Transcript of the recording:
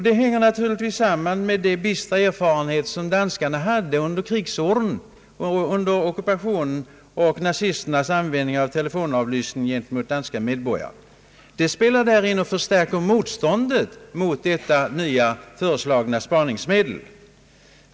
Detta hänger naturligtvis samman med de bistra erfarenheter som danskarna hade under krigsåren och under ockupationen av nazisternas användning av telefonavlyssning gentemot danska medborgare. Det spelar där in och stärker motståndet mot detta nya spaningsmedel.